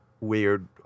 weird